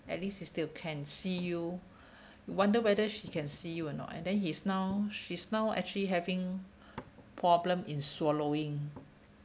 at least he still can see you wonder whether she can see you or not and then he's now she's now actually having problem in swallowing